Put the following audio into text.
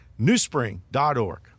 newspring.org